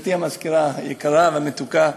גברתי המזכירה היקרה והמתוקה,